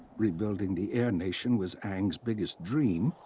rebuilding the air nation was aang's biggest dream.